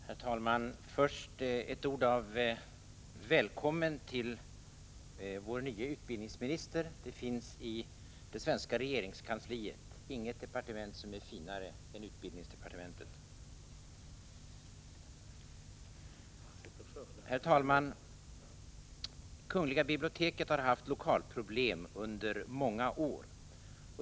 Herr talman! Först ett välkommen till vår nye utbildningsminister. Det finns i det svenska regeringskansliet inget departement som är finare än utbildningsdepartementet. Herr talman! Kungl. biblioteket har haft lokalproblem under många år.